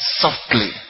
softly